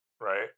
right